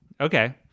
okay